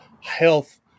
health